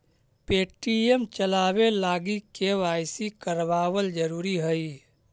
Paytm चलाबे लागी KYC करबाबल जरूरी हई